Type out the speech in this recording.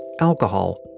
alcohol